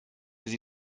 sie